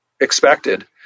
expected